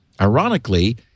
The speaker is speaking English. Ironically